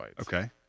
Okay